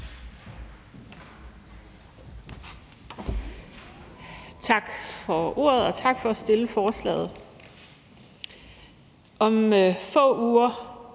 Tak for ordet, og tak for at fremsætte forslaget. Om få uger